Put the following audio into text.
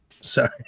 sorry